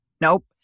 Nope